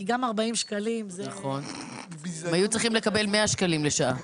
כי גם 40 שקלים זה --- הם היו צריכים לקבל 100 שקלים לשעה.